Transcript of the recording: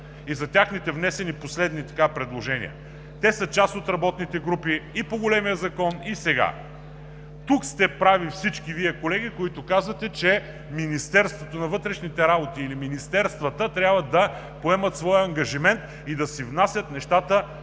и за техните внесени последни предложения. Те са част от работните групи и по големия закон, и сега. Тук сте прави всички Вие, колеги, които казвате, че Министерството на вътрешните работи или министерствата трябва да поемат своя ангажимент и да си внасят нещата